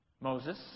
Moses